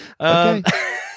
Okay